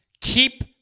Keep